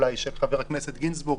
אולי של חבר הכנסת גינזבורג,